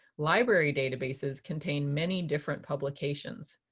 library databases contain many different publications,